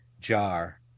jar